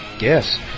yes